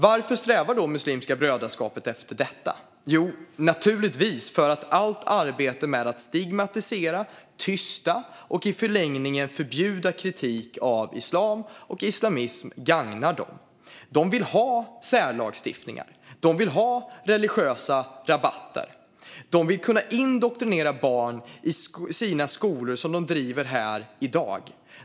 Varför strävar då Muslimska brödraskapet efter detta? Jo, naturligtvis för att allt arbete med att stigmatisera, tysta och i förlängningen förbjuda kritik av islam och islamism gagnar dem. De vill ha särlagstiftningar och religiösa rabatter. De vill kunna indoktrinera barn i sina skolor som de driver här i dag.